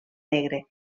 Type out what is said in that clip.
negre